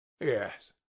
Yes